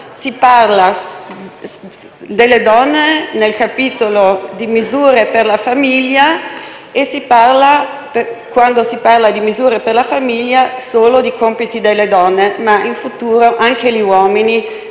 si parla delle donne nel capitolo delle misure per la famiglia e quando si parla di misure per la famiglia si parla solo dei compiti delle donne. In futuro, anche gli uomini